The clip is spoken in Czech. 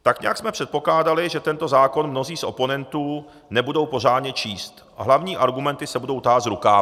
Tak nějak jsme předpokládali, že tento zákon mnozí z oponentů nebudou pořádně číst a hlavní argumenty se budou tahat z rukávu.